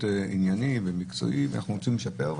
ענייני ומקצועי ואנחנו רוצים לשפר.